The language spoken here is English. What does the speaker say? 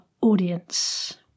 audience